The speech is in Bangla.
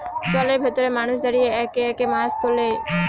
জলের ভেতরে মানুষ দাঁড়িয়ে একে একে মাছ তোলে